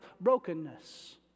brokenness